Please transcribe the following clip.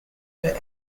for